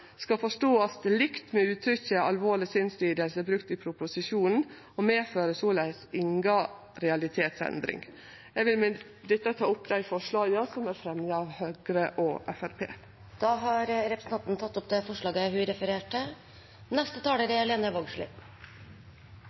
skal verte forstått likt med uttrykket «alvorlig sinnslidelse» brukt i proposisjonen og medfører såleis inga realitetsendring. Eg vil med dette ta opp forslaget frå Høgre og Framstegspartiet. Representanten Frida Melvær har dermed tatt opp det forslaget hun refererte til.